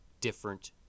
different